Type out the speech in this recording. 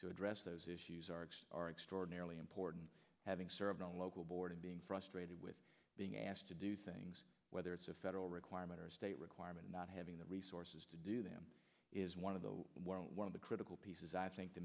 to address those issues are are extraordinarily important having served on a local board and being frustrated with being asked to do things whether it's a federal requirement or a state requirement not having the resources to do them is one of the one of the critical pieces i think to